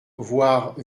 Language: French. voir